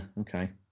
okay